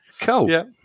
cool